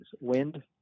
wind